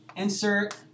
insert